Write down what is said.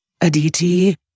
Aditi